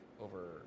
over